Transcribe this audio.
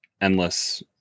endless